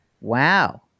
Wow